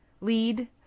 lead